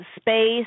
space